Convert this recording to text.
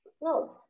No